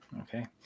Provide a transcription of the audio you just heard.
Okay